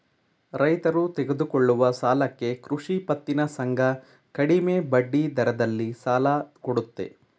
ರೈತರು ತೆಗೆದುಕೊಳ್ಳುವ ಸಾಲಕ್ಕೆ ಕೃಷಿ ಪತ್ತಿನ ಸಂಘ ಕಡಿಮೆ ಬಡ್ಡಿದರದಲ್ಲಿ ಸಾಲ ಕೊಡುತ್ತೆ